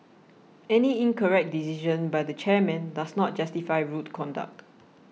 any incorrect decision by the chairman does not justify rude conduct